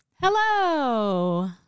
Hello